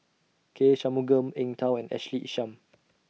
K Shanmugam Eng Tow and Ashley Isham